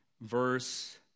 verse